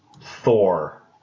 Thor